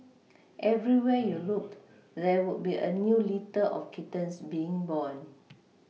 everywhere you looked there would be a new litter of kittens being born